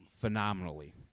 phenomenally